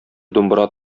думбра